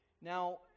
Now